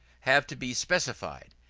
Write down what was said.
have to be specified.